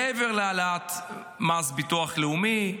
מעבר להעלאת מס ביטוח לאומי,